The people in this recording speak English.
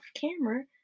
camera